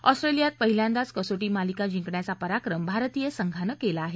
ऑस्ट्रेलियात पहिल्यांदाच कसोटी मालिका जिंकण्याचा पराक्रम भारतीय संघानं केला आहे